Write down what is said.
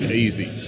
easy